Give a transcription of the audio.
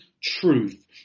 truth